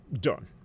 done